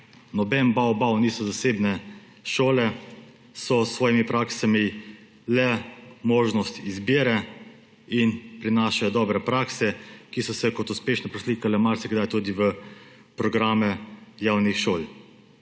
Noben bav bav niso zasebne šole, so s svojimi praksami le možnost izbire in prinašajo dobre prakse, ki so se kot uspešne preslikale marsikdaj tudi v programe javnih šol.